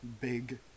big